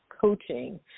coaching